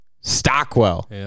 Stockwell